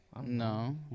No